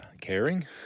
caring